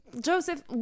Joseph